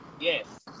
Yes